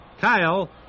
Kyle